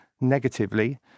negatively